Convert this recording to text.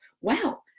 wow